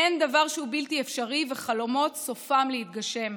אין דבר שהוא בלתי אפשרי, וחלומות סופם להתגשם.